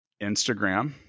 Instagram